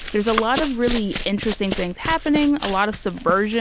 there's a lot of really interesting things happening, a lot of subversion